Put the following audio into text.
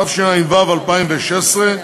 התשע"ו 2016,